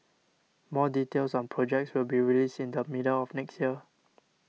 more details on projects will be released in the middle of next year